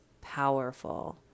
powerful